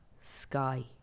sky